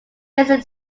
listen